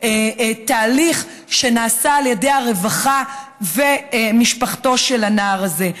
תהליך שנעשה על ידי הרווחה ומשפחתו של הנער הזה.